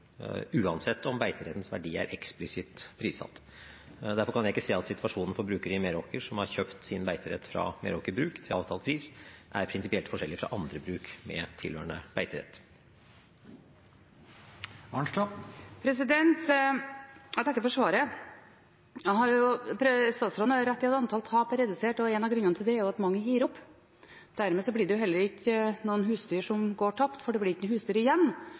uansett om beiterettens verdi er eksplisitt prissatt. Derfor kan jeg ikke se at situasjonen for brukere i Meråker som har kjøpt sin beiterett fra Meraker Brug til avtalt pris, er prinsipielt forskjellig fra andre bruk med tilhørende beiterett. Jeg takker for svaret. Statsråden har rett i at antall tap er redusert. En av grunnene til det er at mange gir opp. Dermed blir det heller ikke noen husdyr som går tapt, for det blir ikke noen husdyr igjen